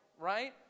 right